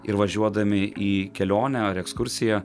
ir važiuodami į kelionę ar ekskursiją